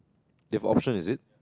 they have option is it